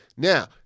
Now